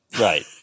Right